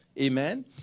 Amen